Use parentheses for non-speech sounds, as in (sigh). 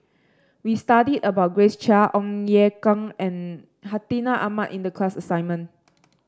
we studied about Grace Chia Ong Ye Kung and Hartinah Ahmad in the class assignment (noise)